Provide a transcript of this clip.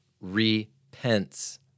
repents